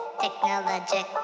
Technologic